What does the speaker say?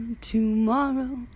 tomorrow